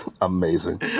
amazing